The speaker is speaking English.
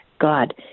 god